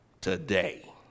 today